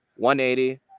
180